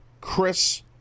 Chris